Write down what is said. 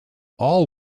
all